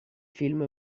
film